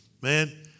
man